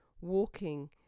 walking